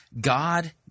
God